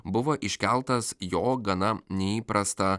buvo iškeltas jo gana neįprasta